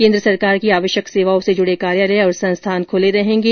केन्द्र सरकार की आवयक सेवाओं से जुडे कार्यालय और संस्थान खुले रहेंगे